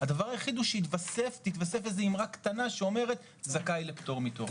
הדבר היחיד הוא שתתווסף איזה אמירה קטנה שאומרת שהוא זכאי לפטור מתור.